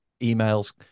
emails